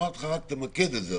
אמרתי: רק תמקד את זה,